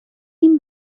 این